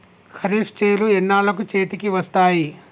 ఖరీఫ్ చేలు ఎన్నాళ్ళకు చేతికి వస్తాయి?